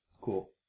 cool